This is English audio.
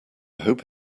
hope